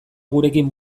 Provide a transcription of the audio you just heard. gurekin